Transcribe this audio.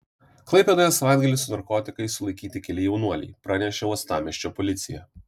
klaipėdoje savaitgalį su narkotikais sulaikyti keli jaunuoliai pranešė uostamiesčio policija